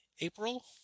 April